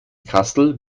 kassel